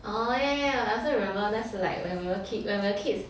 orh ya ya I also remember 那是 like when we were a kid when we were kids